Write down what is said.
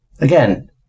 Again